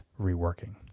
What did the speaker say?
reworking